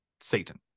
Satan